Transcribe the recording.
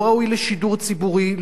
לא ראוי לשידור ציבורי,